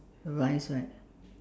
rice right